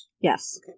Yes